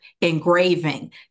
engraving